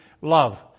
love